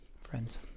Friends